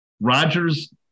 Rodgers